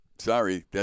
sorry